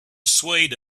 swayed